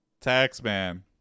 Taxman